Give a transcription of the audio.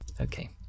Okay